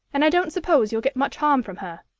and i don't suppose you'll get much harm from her,